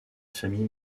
famille